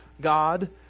god